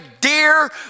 dear